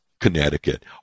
Connecticut